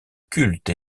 culte